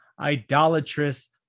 idolatrous